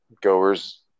goers